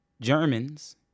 Germans